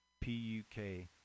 p-u-k